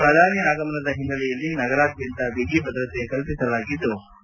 ಪ್ರಧಾನಿ ಆಗಮನದ ಒನ್ನೆಲೆಯಲ್ಲಿ ನಗರದಾದ್ಯಂತ ಬಿಗಿ ಭದ್ರತೆ ಕಲ್ಲಿಸಲಾಗಿದ್ಲು